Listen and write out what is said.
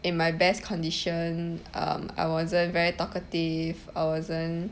in my best condition um I wasn't very talkative I wasn't